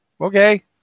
Okay